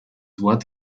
wort